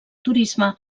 turisme